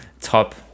top